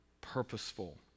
purposeful